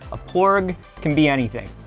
a porg can be anything.